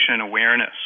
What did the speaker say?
awareness